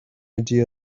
idea